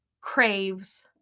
craves